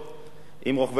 עם רוכבי האופנועים,